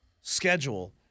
schedule